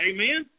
Amen